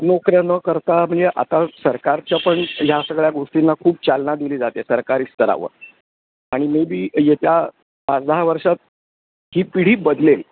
नोकऱ्या न करता म्हणजे आता सरकारच्या पण ह्या सगळ्या गोष्टींना खूप चालना दिली जाते सरकारी स्तरावर आणि मे बी येत्या पाच दहा वर्षात ही पिढी बदलेल